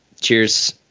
cheers